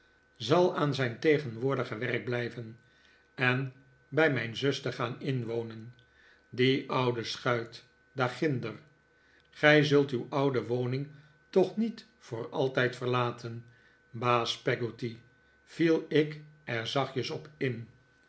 zal aan zijn tegenwoordige werk blijven en bij mijn zuster gaan inwonen die oude schuit daarginder gij zult uw oude woning toch niet voor altijd verlaten baas peggotty viel ik er zachtjes op in